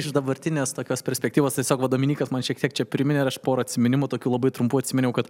iš dabartinės tokios perspektyvos tiesiog va dominykas man šiek tiek čia priminė ir aš porą atsiminimų tokių labai trumpų atsiminiau kad